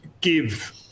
give